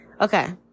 Okay